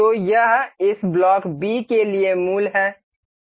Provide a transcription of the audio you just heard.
तो यह इस ब्लॉक B के लिए मूल है